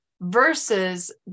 versus